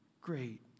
great